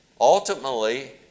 Ultimately